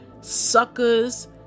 suckers